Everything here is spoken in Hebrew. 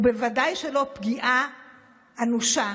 ובוודאי שלא פגיעה אנושה,